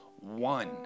one